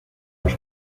los